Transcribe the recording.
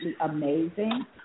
amazing